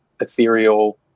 ethereal